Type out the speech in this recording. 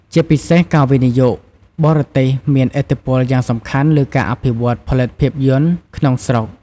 ជាពិសេសការវិនិយោគបរទេសមានឥទ្ធិពលយ៉ាងសំខាន់លើការអភិវឌ្ឍន៍ផលិតភាពយន្តក្នុងស្រុក។